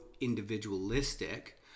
individualistic